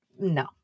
no